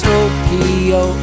Tokyo